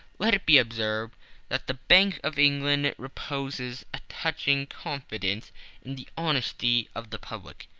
let it be observed that the bank of england reposes a touching confidence in the honesty of the public.